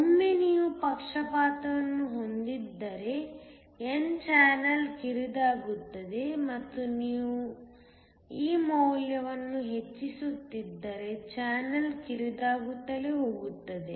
ಒಮ್ಮೆ ನೀವು ಪಕ್ಷಪಾತವನ್ನು ಹೊಂದಿದ್ದರೆ n ಚಾನಲ್ ಕಿರಿದಾಗುತ್ತದೆ ಮತ್ತು ನಾವು ಈ ಮೌಲ್ಯವನ್ನು ಹೆಚ್ಚಿಸುತ್ತಿದ್ದರೆ ಚಾನಲ್ ಕಿರಿದಾಗುತ್ತಲೇ ಹೋಗುತ್ತದೆ